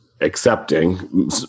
accepting